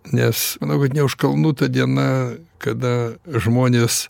nes manau kad ne už kalnų ta diena kada žmonės